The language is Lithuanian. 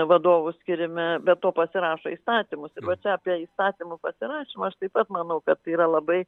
vadovų skyrime be to pasirašo įstatymus ir va čia apie įstatymų pasirašymą aš taip pat manau kad tai yra labai